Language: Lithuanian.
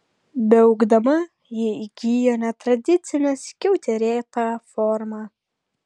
beaugdama ji įgijo netradicinę skiauterėtą formą